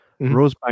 Rosebank